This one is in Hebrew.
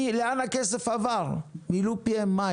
לאן הכסף עבר מילאו פיהם מים,